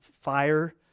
fire